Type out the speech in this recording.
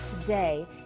today